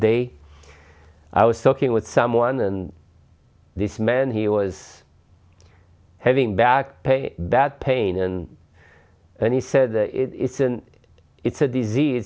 day i was talking with someone and this man he was having back pain that pain and and he said it's an it's a disease